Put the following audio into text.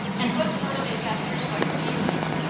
and what sort of a pastor's wife do you make?